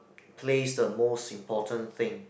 plays the most important thing